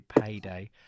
payday